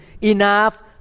enough